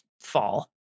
fall